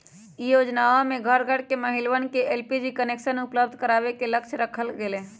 ई योजनमा में घर घर के महिलवन के एलपीजी कनेक्शन उपलब्ध करावे के लक्ष्य रखल गैले